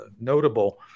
notable